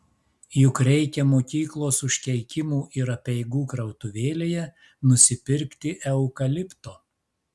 juk reikia mokyklos užkeikimų ir apeigų krautuvėlėje nusipirkti eukalipto